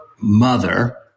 mother